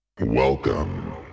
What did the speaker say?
Welcome